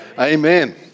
Amen